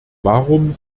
warum